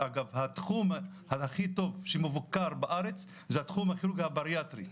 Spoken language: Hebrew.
ומאז התחום הכי טוב שמבוקר בארץ זה תחום הכירורגיה הבריאטרית.